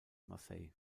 marseille